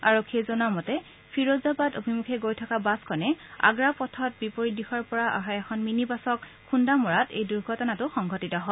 আৰক্ষীয়ে জনোৱা মতে ফিৰোজাবাদ অভিমুখে গৈ থকা বাছখনে আগ্ৰা পথত বিপৰীত দিশৰ পৰা অহা এখন মিনি বাছত খুন্দা মৰাত এই দুৰ্ঘটনাটো সংঘটিত হয়